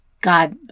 God